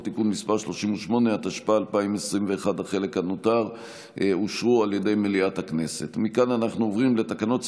שלחצת בטעות על הכפתור של חבר הכנסת גדי יברקן,